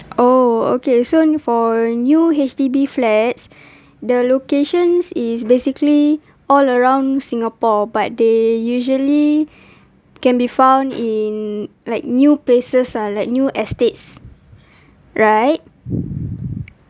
oh okay so for new H_D_B flat the locations is basically all around singapore but they usually can be found in like new places ah like new estates right